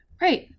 Right